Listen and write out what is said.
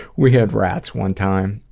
we had rats one time,